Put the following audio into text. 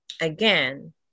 again